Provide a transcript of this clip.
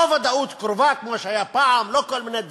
לא ודאות קרובה כמו שהיה פעם, לא כל מיני דברים.